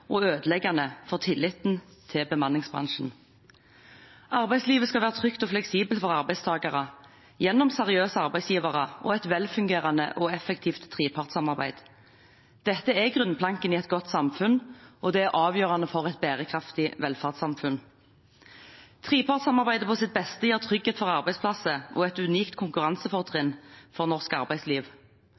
og ødeleggende for tilliten til bemanningsbransjen. Arbeidslivet skal være trygt og fleksibelt for arbeidstakere, gjennom seriøse arbeidsgivere og et velfungerende og effektivt trepartssamarbeid. Dette er grunnplanken i et godt samfunn, og det er avgjørende for et bærekraftig velferdssamfunn. Trepartssamarbeidet på sitt beste gir trygghet for arbeidsplasser og et unikt konkurransefortrinn for norsk arbeidsliv.